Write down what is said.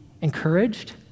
encouraged